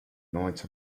night